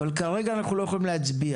אבל כרגע אנחנו לא יכולים להצביע.